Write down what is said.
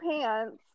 pants